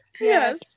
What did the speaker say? Yes